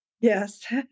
Yes